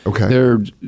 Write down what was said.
Okay